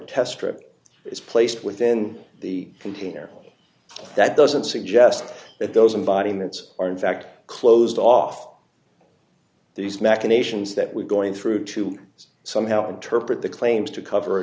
test strip is placed within the container that doesn't suggest that those embodying its are in fact closed off these machinations that we're going through to somehow interpret the claims to cover a